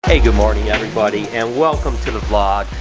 hey, good morning everybody and welcome to the vlog.